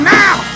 now